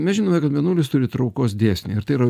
mes žinome kad mėnulis turi traukos dėsnį ir tai yra